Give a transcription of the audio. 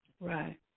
Right